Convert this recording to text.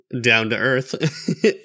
down-to-earth